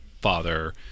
father